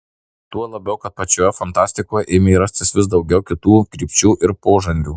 tuo labiau kad pačioje fantastikoje ėmė rastis vis daugiau kitų krypčių ir požanrių